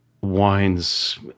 wines